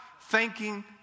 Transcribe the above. thanking